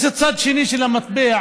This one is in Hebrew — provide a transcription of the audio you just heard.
יש צד שני של המטבע.